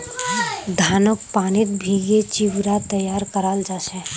धानक पानीत भिगे चिवड़ा तैयार कराल जा छे